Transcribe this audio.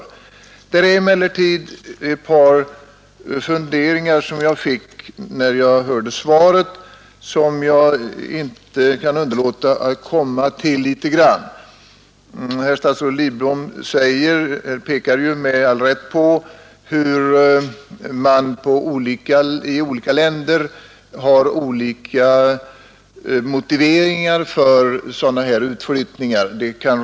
Det är emellertid ett par funderingar som jag inte kan underlåta att ge uttryck åt efter att ha hört svaret. Herr statsrådet Lidbom pekar med all rätt på hur man i olika länder har olika motiveringar för sådana här utflyttningar av fiskegränserna.